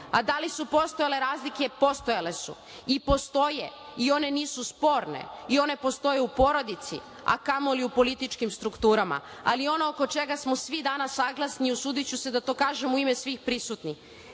li su postojale razlike? Postojale su i postoje i one nisu sporne. One postoje i u porodici, a kamoli u političkim strukturama. Ali, ono oko čega smo svi danas saglasni, usudiću se da to kažem u ime svih prisutnih,